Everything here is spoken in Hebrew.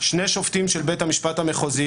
שני שופטים של בית המשפט המחוזי,